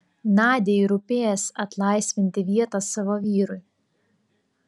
nadiai rūpės atlaisvinti vietą savo vyrui